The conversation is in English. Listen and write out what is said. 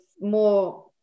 more